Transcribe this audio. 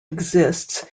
exists